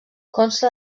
consta